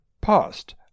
past